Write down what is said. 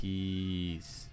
Peace